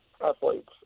athletes